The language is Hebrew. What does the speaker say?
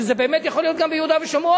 שזה באמת יכול להיות גם ביהודה ושומרון.